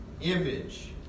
image